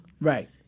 Right